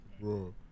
bro